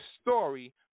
story